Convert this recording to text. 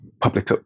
public